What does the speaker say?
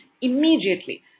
immediately